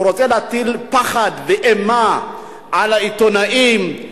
הוא רוצה להטיל פחד ואימה על העיתונאים,